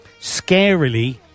scarily